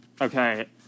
okay